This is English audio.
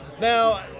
Now